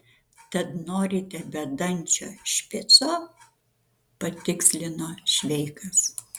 tad norite bedančio špico patikslino šveikas